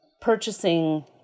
purchasing